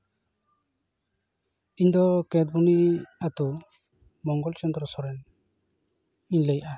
ᱤᱧᱫᱚ ᱠᱮᱸᱫᱽᱵᱚᱱᱤ ᱟᱛᱳ ᱢᱚᱝᱜᱚᱞ ᱪᱚᱱᱫᱨᱚ ᱥᱚᱨᱮᱱᱤᱧ ᱞᱟᱹᱭᱮᱫᱼᱟ